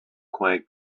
quite